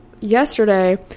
yesterday